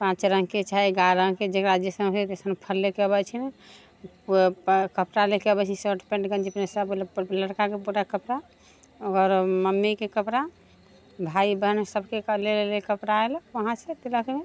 पाँच रङ्गके चाहे एगारह रङ्गके जकरा जैसन ओइसन फल लेके अबै छै कपड़ा लेके अबै छै सर्ट पैंट गञ्जी सभ लड़काके पूरा कपड़ा ओकर मम्मीके कपड़ा भाय बहिन सभके लेल कपड़ा ऐलक उहाँसँ तिलकमे